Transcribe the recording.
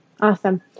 Awesome